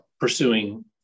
pursuing